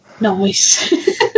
Nice